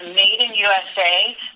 made-in-USA